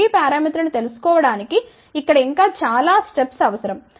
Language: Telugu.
g పారామితులను తెలుసుకోవడానికి ఇక్కడ ఇంకా చాలా దశ లు అవసరం